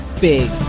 big